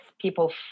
people